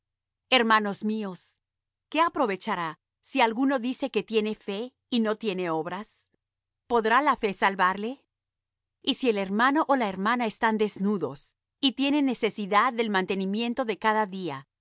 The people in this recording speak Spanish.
hermanos míos qué aprovechará si alguno dice que tiene fe y no tiene obras podrá la fe salvarle y si el hermano ó la hermana están desnudos y tienen necesidad del mantenimiento de cada día